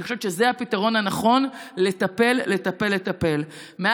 אני חושבת שזה הפתרון הנכון, לטפל, לטפל, לטפל.